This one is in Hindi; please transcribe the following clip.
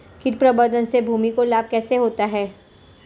कीट प्रबंधन से भूमि को लाभ कैसे होता है?